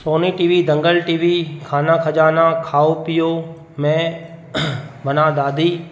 Sony T V Dangal T V Khana Khazana खाओ पीओ मैं बना दादी